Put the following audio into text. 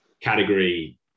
category